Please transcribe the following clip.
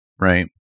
right